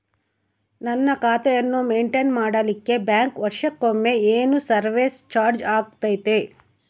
ನನ್ನ ಖಾತೆಯನ್ನು ಮೆಂಟೇನ್ ಮಾಡಿಲಿಕ್ಕೆ ಬ್ಯಾಂಕ್ ವರ್ಷಕೊಮ್ಮೆ ಏನು ಸರ್ವೇಸ್ ಚಾರ್ಜು ಹಾಕತೈತಿ?